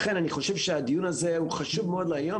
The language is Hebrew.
לכן אני חושב שהדיון הזה הוא חשוב מאוד להיום,